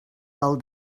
del